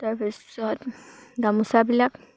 তাৰপিছত গামোচাবিলাক